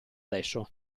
adesso